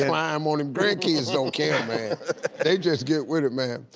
climb on him. grandkids don't care, man. they just get with it, man.